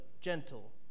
gentle